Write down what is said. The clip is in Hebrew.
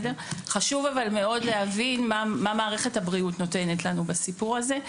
חשוב מאוד להבין מה מערכת הבריאות נותנת לנו בסיפור הזה.